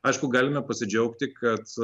aišku galime pasidžiaugti kad